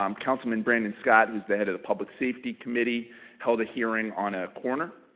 um councilman brandon scott who's the head of the public safety committee held a hearing on a corner,